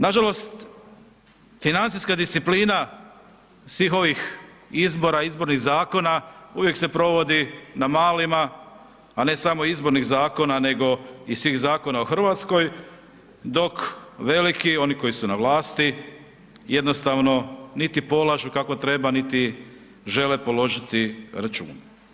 Nažalost, financijska disciplina svih ovih izbora i izbornih zakona, uvijek se provodi na malima, a ne samo izbornih zakona, nego i svih zakona u RH, dok veliki, oni koji su na vlasti, jednostavno niti polažu kako treba, niti žele položiti račune.